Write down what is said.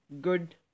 good